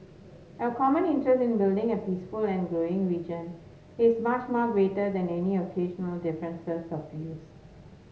our common interest in building a peaceful and growing region is much more greater than any occasional differences of views